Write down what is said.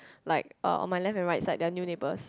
like uh on my left and right side they are new neighbours